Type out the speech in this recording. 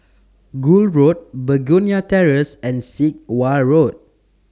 Gul Road Begonia Terrace and Sit Wah Road